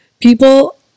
People